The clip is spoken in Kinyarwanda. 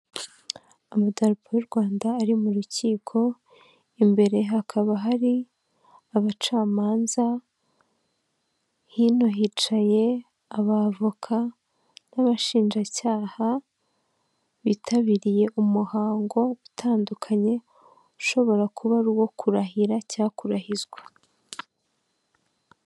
Amadarapo y'u Rwanda ari mu rukiko, imbere hakaba hari abacamanza, hino hicaye abavoka n'abashinjacyaha bitabiriye umuhango utandukanye ushobora kuba ari uwo kurahira cya kurahizwa.